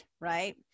right